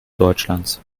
deutschlands